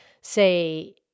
say